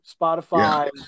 Spotify